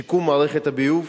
שיקום מערכת הביוב,